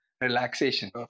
relaxation